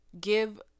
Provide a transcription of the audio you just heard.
Give